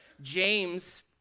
James